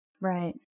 Right